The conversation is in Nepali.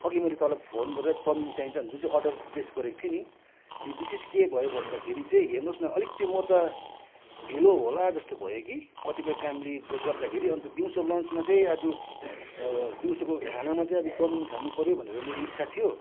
अघि मैले तपाईँलाई फोन गरेर चाउमिन चाहिन्छ भनेर जुन चाहिँ अर्डर प्लेस गरेको थिएँ नि ए विशेष के भयो भन्दाखेरि चाहिँ हेर्नुहोस् न अलिकति म त ढिलो होला जस्तो भयो कि कतिपय कामले ग गर्दाखेरि अन्त दिउँसोको लन्चमा चाहिँ आज दिउँसोको खानामा चाहिँ आज चाउमिन खानुपर्यो भनेर मेरो इच्छा थियो